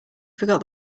forgot